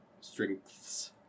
strengths